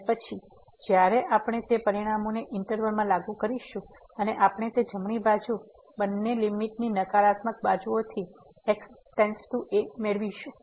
અને પછી જયારે આપણે તે પરિણામને આ ઇન્ટરવલ માં લાગુ કરીશું અને આપણે તે જમણી બાજુથી બંને લીમીટ ની નકારાત્મક બાજુઓથી તે x→a મેળવીશું